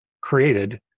created